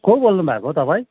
को बोल्नुभएको तपाईँ